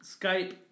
Skype